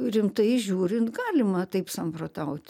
rimtai žiūrint galima taip samprotauti